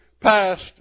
passed